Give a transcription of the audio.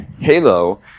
halo